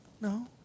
No